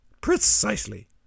Precisely